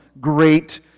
great